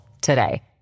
today